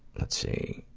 let's see.